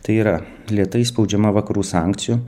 tai yra lėtai spaudžiama vakarų sankcijų